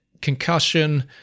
Concussion